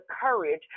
courage